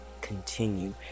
continue